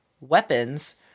weapons